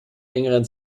engeren